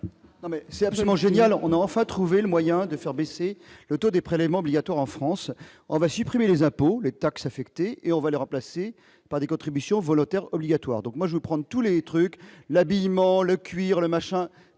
c'est absolument génial, on a enfin trouvé le moyen de faire baisser le taux des prélèvements obligatoires en France, on va supprimer les impôts, les taxes affectées et on va les remplacer par des contributions volontaires obligatoires, donc moi je prendre tous les trucs, l'habillement, le cuir, le machin,